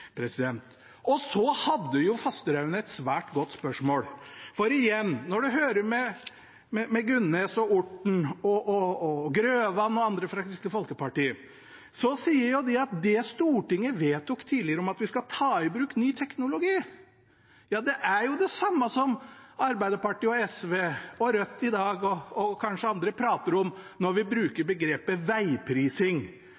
hadde et svært godt spørsmål. For igjen: Når en hører med representantene Gunnes, Orten og Grøvan og andre fra Kristelig Folkeparti, sier de at det Stortinget tidligere vedtok, om at vi skal ta i bruk ny teknologi, er det samme som Arbeiderpartiet, SV, Rødt og kanskje andre i dag prater om når vi